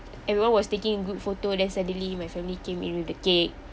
everyone was taking group photo then suddenly my family came in with the cake